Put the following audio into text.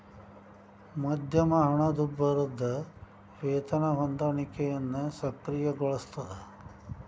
ಮಧ್ಯಮ ಹಣದುಬ್ಬರದ್ ವೇತನ ಹೊಂದಾಣಿಕೆಯನ್ನ ಸಕ್ರಿಯಗೊಳಿಸ್ತದ